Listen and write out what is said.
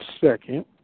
second